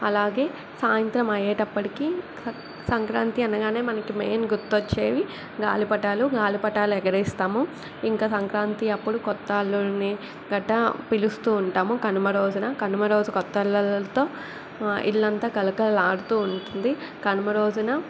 అలాగే సాయంత్రం అయ్యేటప్పటికీ స సంక్రాంతి అనగానే మనకి మెయిన్ గుర్తు వచ్చేవి గాలిపటాలు గాలిపటాలు ఎగరేస్తాము ఇంకా సంక్రాంతి అప్పుడు కొత్త అల్లుడిని గట్టా పిలుస్తూ ఉంటాము కనుమ రోజున కనుమ రోజు కొత్త అల్లుళ్ళతో ఇల్లంతా కళకళలాడుతూ ఉంటుంది కనుమ రోజున